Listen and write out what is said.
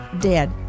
dead